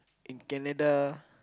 in Canada